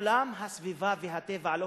מעולם הסביבה והטבע לא